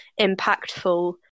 impactful